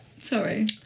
sorry